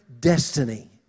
destiny